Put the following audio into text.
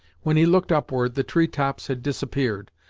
when he looked upward, the treetops had disappeared,